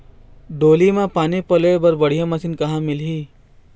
डोली म पानी पलोए बर बढ़िया मशीन कहां मिलही?